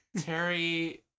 terry